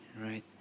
right